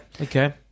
okay